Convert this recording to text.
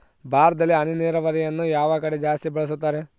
ಭಾರತದಲ್ಲಿ ಹನಿ ನೇರಾವರಿಯನ್ನು ಯಾವ ಕಡೆ ಜಾಸ್ತಿ ಬಳಸುತ್ತಾರೆ?